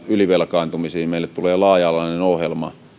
ylivelkaantumisiin laaja alainen ohjelma